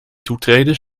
toetreden